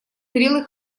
зрелый